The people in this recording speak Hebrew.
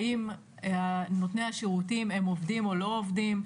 האם נותני השירותים הם עובדים או לא עובדים,